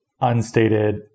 unstated